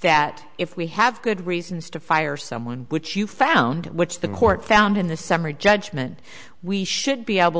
that if we have good reasons to fire someone which you found which the court found in the summary judgment we should be able